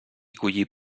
collir